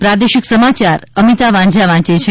પ્રાદેશિક સમાચાર અમિતા વાંઝા વાંચે છે